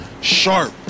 sharp